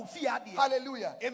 Hallelujah